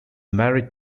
married